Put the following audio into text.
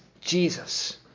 Jesus